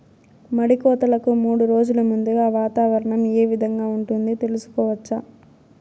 మడి కోతలకు మూడు రోజులు ముందుగా వాతావరణం ఏ విధంగా ఉంటుంది, తెలుసుకోవచ్చా?